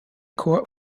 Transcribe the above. court